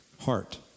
heart